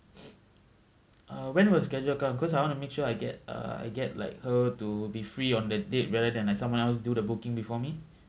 uh when will schedule come because I want to make sure I get uh I get like her to be free on the date rather than like someone else do the booking before me